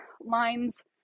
lines